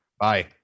Bye